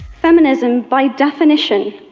feminism, by definition,